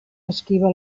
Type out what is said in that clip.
esquiva